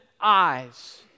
eyes